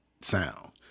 sound